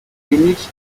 remix